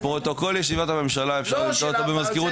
פרוטוקול ישיבת הממשלה, אפשר למצוא אותו במזכירות